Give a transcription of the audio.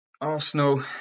Arsenal